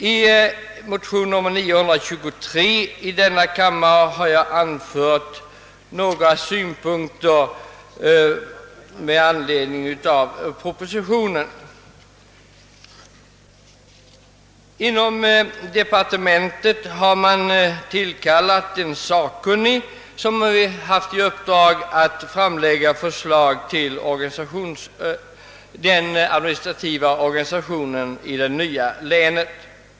I motion nr 923 i denna kammare har jag anfört några synpunkter med anledning av propositionen. Inom departementet har man tillkallat en sakkunnig, som haft i uppdrag att framlägga förslag till den administrativa organisationen i det nya länet.